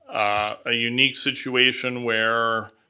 a unique situation where,